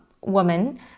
woman